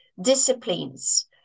disciplines